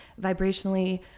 vibrationally